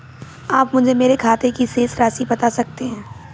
आप मुझे मेरे खाते की शेष राशि बता सकते हैं?